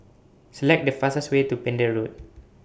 Select The fastest Way to Pender Road